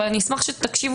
אסביר שוב